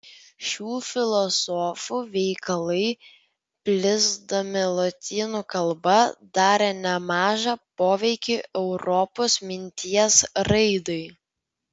šių filosofų veikalai plisdami lotynų kalba darė nemažą poveikį europos minties raidai